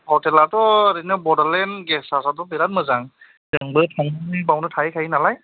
हथेलाथ' ओरैनो Bodoland guest house आथ' बेराद मोजां जोंबो थांनानै बेयावनो थाहैखायो नालाय